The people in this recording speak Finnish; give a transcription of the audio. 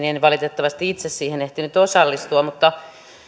en valitettavasti itse siihen ehtinyt osallistua mutta